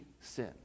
sin